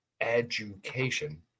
Education